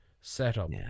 setup